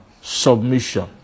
submission